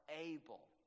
able